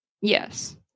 Yes